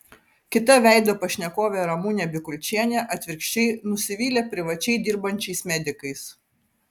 kita veido pašnekovė ramunė bikulčienė atvirkščiai nusivylė privačiai dirbančiais medikais